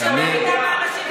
בשונה מכמה אנשים שרק מדברים,